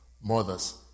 mothers